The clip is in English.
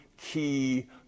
key